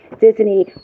Disney